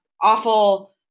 awful